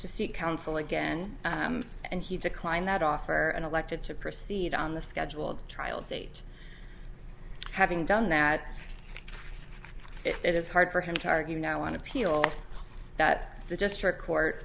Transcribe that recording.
to seek counsel again and he declined that offer and elected to proceed on the scheduled trial date having done that it is hard for him to argue now on appeal that the district court